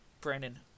Brandon